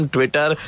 Twitter